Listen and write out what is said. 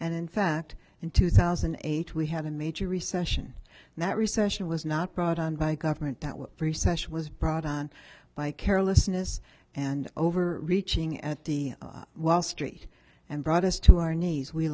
and in fact in two thousand and eight we had a major recession and that recession was not brought on by government that was recession was brought on by carelessness and over reaching at the wall street and brought us to our knees we